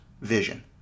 vision